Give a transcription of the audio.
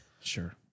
Sure